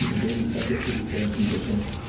they'd be subject to these same conditions,